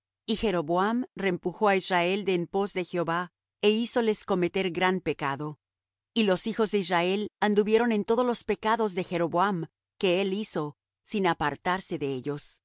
y jeroboam rempujó á israel de en pos de jehová é hízoles cometer gran pecado y los hijos de israel anduvieron en todos los pecados de jeroboam que él hizo sin apartarse de ellos